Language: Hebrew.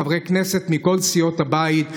חברי כנסת מכל סיעות הבית,